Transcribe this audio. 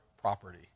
property